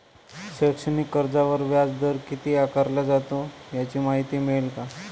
शैक्षणिक कर्जावर व्याजदर किती आकारला जातो? याची माहिती मिळेल का?